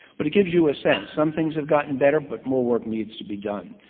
but it gives you a sense. some things have gotten better, but more work needs to be done.